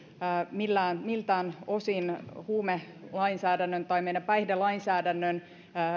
miltään miltään osin huumelainsäädännön tai meidän päihdelainsäädännön